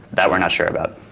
that we're not sure about.